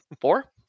four